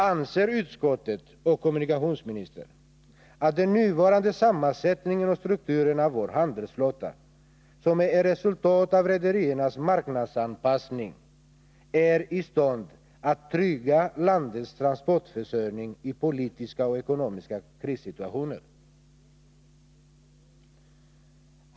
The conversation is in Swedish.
Anser utskottet och kommunikationsministern att den nuvarande sammansättningen och strukturen av vår handelsflotta, som är ett resultat av rederiernas marknadsanpassning, är i stånd att trygga landets transportförsörjning i politiska och ekonomiska krissituationer?